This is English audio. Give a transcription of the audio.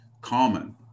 common